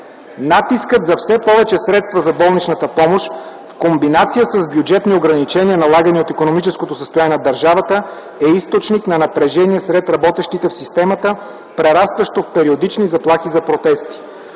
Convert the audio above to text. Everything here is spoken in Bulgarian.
Натискът за все повече средства за болничната помощ в комбинация с бюджетни ограничения, налагани от икономическото състояние на държавата, е източник на напрежение сред работещите в системата, прерастващо в периодични заплахи за протести.